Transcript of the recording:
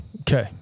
Okay